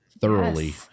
thoroughly